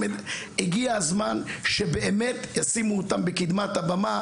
הגיע הזמן שבאמת ישימו אותם בקדמת הבמה,